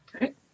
Right